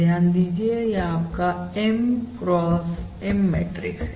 ध्यान दीजिए यह आपका M cross M मैट्रिक्स है